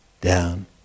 down